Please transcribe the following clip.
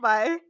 Bye